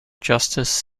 justus